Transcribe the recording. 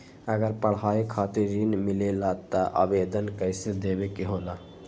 अगर पढ़ाई खातीर ऋण मिले ला त आवेदन कईसे देवे के होला?